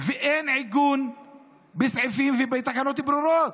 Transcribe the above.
ואין עיגון בסעיפים ובתקנות ברורות.